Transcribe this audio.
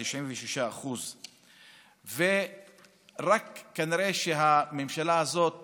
96%. כנראה שהממשלה הזאת